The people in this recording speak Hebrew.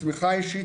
תמיכה אישית,